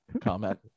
comment